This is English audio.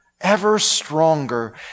ever-stronger